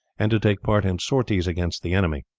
and to take part in sorties against the enemy.